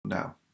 now